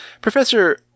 Professor